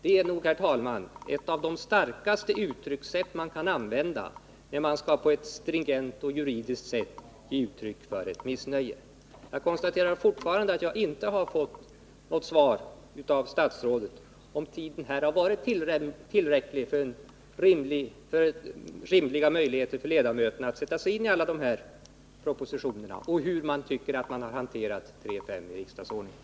Det är nog, herr talman, ett av de starkaste uttryck som man kan använda när man på ett stringent och juridiskt sätt skall ge uttryck för ett missnöje. Jag konstaterar fortfarande att jag inte har fått något svar av statsrådet på frågorna om tiden har varit tillräcklig för att ge riksdagsledamöterna rimliga möjligheter att sätta sig in i alla propositioner och hur regeringen tycker att den har hanterat 3 kap. 5 § i riksdagsordningen.